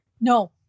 No